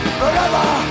forever